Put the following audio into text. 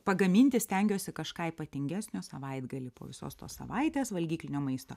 pagaminti stengiuosi kažką ypatingesnio savaitgalį po visos tos savaitės valgyklinio maisto